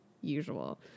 usual